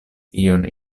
ion